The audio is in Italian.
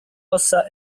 ossa